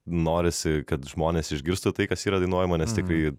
norisi kad žmonės išgirstų tai kas yra dainuojama nes tikrai